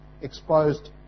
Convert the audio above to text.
exposed